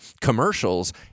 commercials